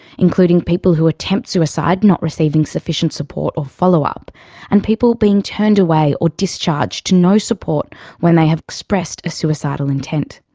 including people who attempt suicide not receiving sufficient support or follow-up, and people being turned away or discharged to no support when they have expressed a suicidal intent.